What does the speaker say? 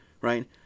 right